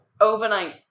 overnight